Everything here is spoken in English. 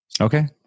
Okay